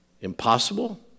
Impossible